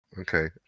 Okay